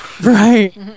Right